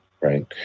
right